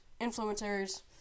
influencers